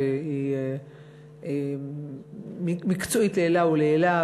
שהיא מקצועית לעילא ולעילא,